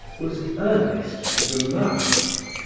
was earnest to the last.